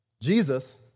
Jesus